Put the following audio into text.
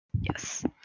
Yes